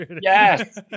Yes